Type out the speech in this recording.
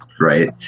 right